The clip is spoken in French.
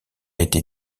été